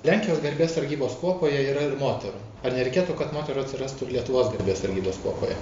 lenkijos garbės sargybos kuopoje yra ir moterų ar nereikėtų kad moterų atsirastų ir lietuvos garbės sargybos kuopoje